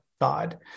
God